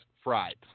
fried